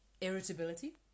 irritability